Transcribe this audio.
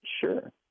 Sure